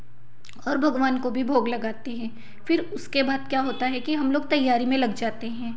और भगवान को भी भोग लगाते हैं फिर उसके बाद क्या होता है कि हम लोग तैयारी में लग जाते हैं